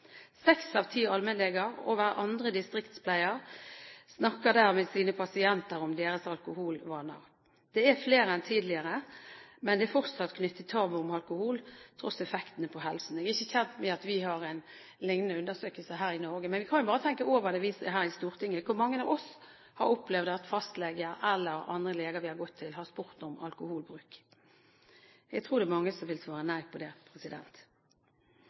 Seks av ti allmennleger og hver andre distriktspleier snakker med sine pasienter om deres alkoholvaner. Det er flere enn tidligere, men det er fortsatt knyttet tabu til alkohol trass i effektene det har på helsen. Jeg er ikke kjent med at vi har hatt en lignende undersøkelse her i Norge. Men vi kan jo bare tenke over det her i Stortinget. Hvor mange av oss har opplevd at fastlegen, eller andre leger vi har gått til, har spurt om alkoholbruk? Jeg tror det er mange som vil svare nei på det.